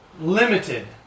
limited